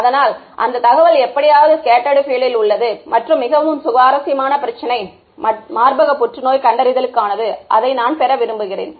அதனால் அந்த தகவல் எப்படியாவது ஸ்கெட்ட்டர்டு பீல்ட் ல் உள்ளது மற்ற மிகவும் சுவாரஸ்யமான பிரச்சனை மார்பக புற்றுநோய் கண்டறிதலுக்கானது அதை நான் பெற விரும்புகிறேன்